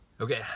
Okay